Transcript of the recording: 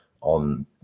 on